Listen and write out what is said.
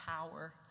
power